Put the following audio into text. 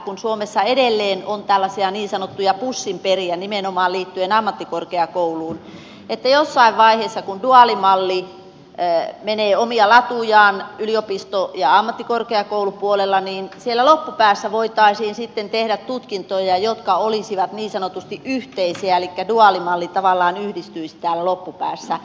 kun suomessa edelleen on tällaisia niin sanottuja pussinperiä nimenomaan liittyen ammattikorkeakouluun onko ministeriössä ajateltu yliopiston ja ammattikorkeakoulun osalta sitä että jossain vaiheessa kun duaalimalli menee omia latujaan yliopisto ja ammattikorkeakoulupuolella siellä loppupäässä voitaisiin sitten tehdä tutkintoja jotka olisivat niin sanotusti yhteisiä elikkä duaalimalli tavallaan yhdistyisi täällä loppupäässä